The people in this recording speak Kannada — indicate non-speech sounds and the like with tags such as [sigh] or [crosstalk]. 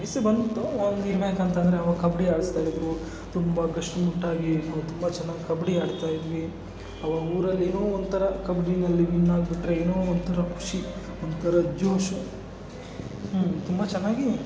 [unintelligible] ಅಂತಂದರೆ ಆವಾಗ ಕಬಡ್ಡಿ ಆಡಿಸ್ತಾಯಿದ್ರು ತುಂಬ ಘರ್ಷಣೆ ಉಂಟಾಗಿ ತುಂಬ ಚೆನ್ನಾಗಿ ಕಬ್ಬಡಿ ಆಡ್ತಾಯಿದ್ವಿ ಆವಾಗ ಊರಲ್ಲೇನೋ ಒಂಥರ ಕಬಡ್ಡಿನಲ್ಲಿ ವಿನ್ ಆಗ್ಬಿಟ್ರೆ ಏನೋ ಒಂಥರ ಖುಷಿ ಒಂಥರ ಜೋಶು ಹ್ಞೂ ತುಂಬ ಚೆನ್ನಾಗಿ ಇದೆ